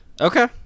Okay